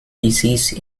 disease